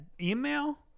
email